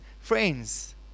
friends